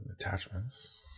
attachments